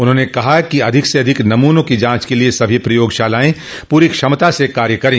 उन्होंने कहा कि अधिक से अधिक नमूनों की जांच के लिये सभी प्रयोगशालाएं पूरी क्षमता से कार्य करे